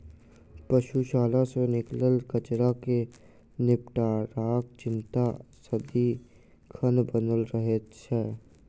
पशुशाला सॅ निकलल कचड़ा के निपटाराक चिंता सदिखन बनल रहैत छै